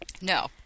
No